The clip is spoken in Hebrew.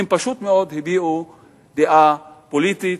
הם פשוט מאוד הביעו דעה פוליטית,